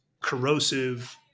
corrosive